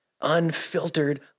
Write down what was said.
unfiltered